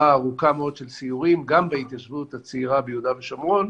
ארוכה מאוד של סיורים גם בהתיישבות הצעירה ביהודה ושומרון.